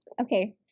Okay